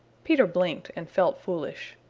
peter blinked and felt foolish.